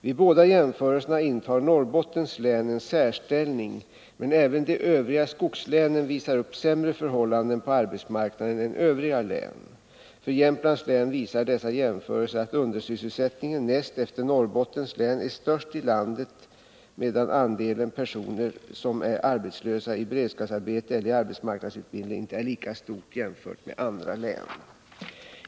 Vid båda jämförelserna intar Norrbottens län en särställning, men även de övriga skogslänen visar upp sämre förhållanden på arbetsmarknaden än övriga län. För Jämtlands län visar dessa jämförelser att undersysselsättningen, näst efter Norrbottens län, är störst i landet medan andelen personer som är arbetslösa, i beredskapsarbete eller i arbetsmarknadsutbildning inte är lika stor som i andra län.